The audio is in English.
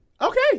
Okay